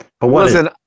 Listen